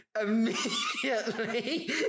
immediately